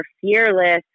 fearless